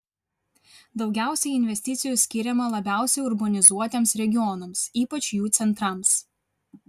daugiausiai investicijų skiriama labiausiai urbanizuotiems regionams ypač jų centrams